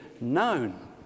known